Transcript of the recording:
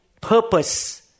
purpose